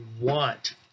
want